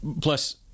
Plus